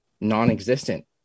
non-existent